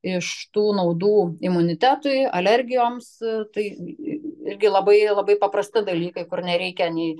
iš tų naudų imunitetui alergijoms tai irgi labai labai paprasti dalykai kur nereikia nei